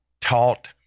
taught